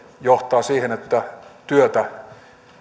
johtaa siihen että työtä